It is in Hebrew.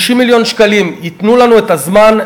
50 מיליון שקלים ייתנו לנו את הזמן,